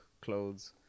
clothes